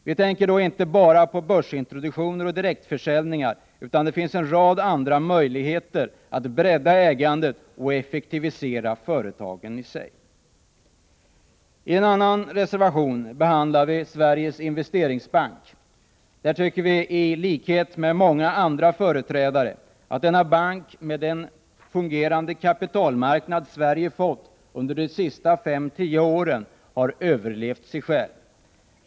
Vi tänker då inte bara på börsintroduktioner och direktförsäljningar, utan det finns en rad andra möjligheter att bredda ägandet och effektivisera företagen i sig. I en annan reservation behandlar vi Sveriges Investeringsbank. Vi tycker i likhet med många andra företrädare att denna bank, med den fungerande kapitalmarknad Sverige fått under de senaste 5-10 åren, har överlevt sig själv.